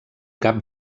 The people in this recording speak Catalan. cap